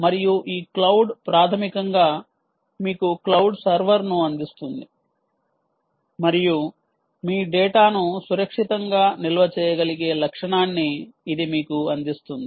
మరియు ఈ క్లౌడ్ ప్రాథమికంగా మీకు క్లౌడ్ సర్వర్ను అందిస్తుంది మరియు మీ డేటాను సురక్షితంగా నిల్వ చేయగలిగే లక్షణాన్ని ఇది మీకు అందిస్తుంది